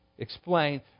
Explain